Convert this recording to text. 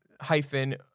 hyphen